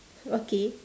okay